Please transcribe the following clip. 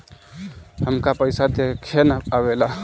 हमका पइसा देखे ना आवेला?